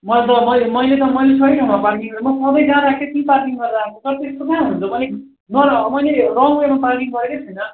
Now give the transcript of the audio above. मैले त मैले सही ठाउँमा पार्किङ गरेको म सधैँ जहाँ राख्थेँ ती पार्किङ गरेर आएको सर त्यस्तो कहाँ हुन्छ मैले रङ्ग वेमा पार्किङ गरेको छैन